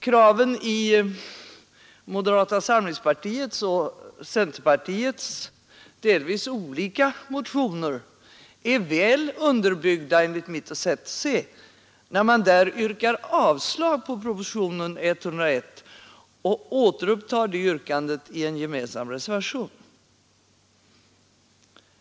Kraven i moderata samlingspartiets och centerpartiets delvis olika motioner är enligt mitt sätt att se väl underbyggda, när man där yrkar avslag på propositionen 101 och återupptar detta yrkande i en gemensam reservation.